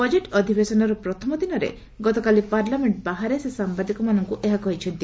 budget ଅଧିବେଶନର ପ୍ରଥମ ଦିନରେ ଗତକାଲି ପାର୍ଲାମେଣ୍ଟ ବାହାରେ ସେ ସାମ୍ଭାଦିକମାନଙ୍କୁ ଏହା କହିଛନ୍ତି